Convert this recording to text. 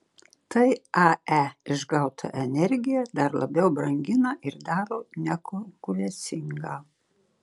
tai ae išgautą energiją dar labiau brangina ir daro nekonkurencingą